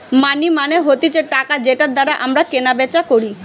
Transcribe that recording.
মানি মানে হতিছে টাকা যেটার দ্বারা আমরা কেনা বেচা করি